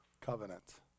covenant